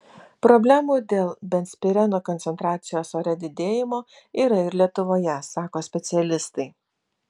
problemų dėl benzpireno koncentracijos ore didėjimo yra ir lietuvoje sako specialistai